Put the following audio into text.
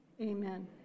Amen